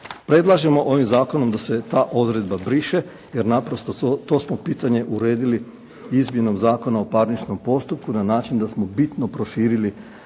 Predlažemo ovim zakonom da se ta odredba briše, jer naprosto to smo pitanje uredili izmjenom Zakona o parničnom postupku na način da smo bitno proširili